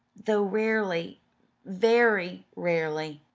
though rarely very rarely.